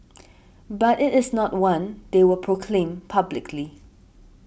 but it is not one they will proclaim publicly